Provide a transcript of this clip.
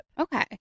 Okay